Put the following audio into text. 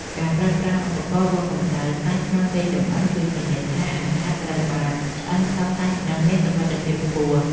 ការប្រើប្រាស់ឧបករណ៏វាស់កម្តៅសាច់ក្នុងពេលចម្អិនជួយធានាថា អាហារត្រូវបានឆ្អិនសព្វសាច់និងមានសុវត្ថិភាពខ្ពស់។